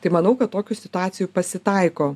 tai manau kad tokių situacijų pasitaiko